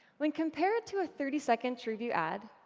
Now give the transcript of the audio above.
when compared to a thirty-second trueview ad,